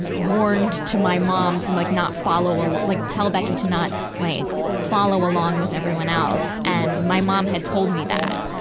and warned to my mom to and like not follow alo, ah like tell becky to not like follow along with everyone else. and my mom had told me that.